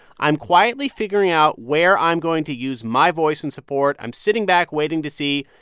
i'm quietly figuring out where i'm going to use my voice and support. i'm sitting back waiting to see.